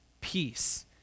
peace